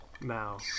now